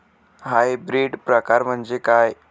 Hybrid प्रकार म्हणजे काय?